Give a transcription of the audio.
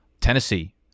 tennessee